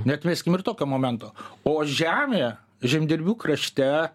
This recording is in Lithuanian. neatmeskim ir tokio momento o žemėje žemdirbių krašte